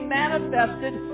manifested